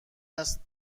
است